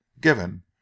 given